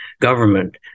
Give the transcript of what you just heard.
government